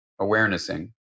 awarenessing